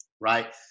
right